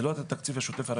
זה לא התקציב השוטף הרגיל.